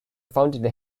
founded